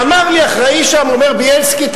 ואמר לי האחראי שם: בילסקי,